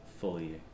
fully